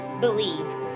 believe